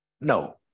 No